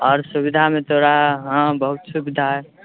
आओर सुविधामे तोरा हँ बहुत सुविधा हय